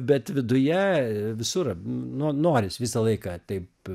bet viduje visur no noris visą laiką taip